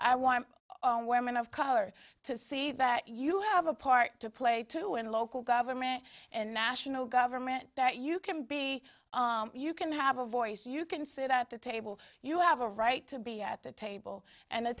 i want women of color to see that you have a part to play to in local government and national government that you can be you can have a voice you can sit at the table you have a right to be at the table and the